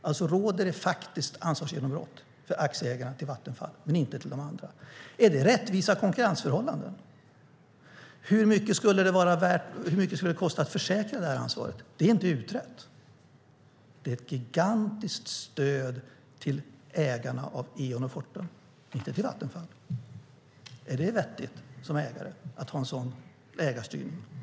Alltså råder det faktiskt ansvarsgenombrott för aktieägarna till Vattenfall men inte till de andra. Är det rättvisa konkurrensförhållanden? Hur mycket skulle det kosta att försäkra det här ansvaret? Det är inte utrett. Det är ett gigantiskt stöd till ägarna av Eon och Fortum, men inte till Vattenfall. Är det vettigt som ägare att ha en sådan ägarstyrning?